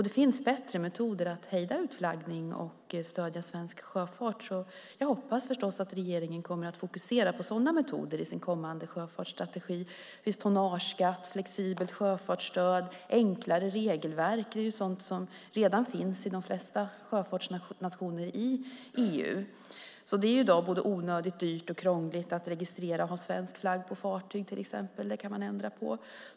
Det finns bättre metoder att hejda utflaggning och stödja svensk sjöfart, så jag hoppas förstås att regeringen kommer att fokusera på sådana metoder i sin kommande sjöfartsstrategi. Viss tonnageskatt, flexibelt sjöfartsstöd, enklare regelverk är sådant som redan finns i de flesta sjöfartsnationer i EU. I dag är det till exempel både onödigt dyrt och krångligt att registrera och ha svensk flagg på fartyg. Det kan man ändra på.